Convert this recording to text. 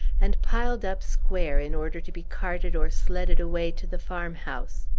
and piled up square, in order to be carted or sledded away to the farmhouse.